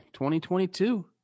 2022